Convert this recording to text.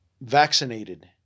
vaccinated